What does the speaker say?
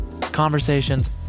Conversations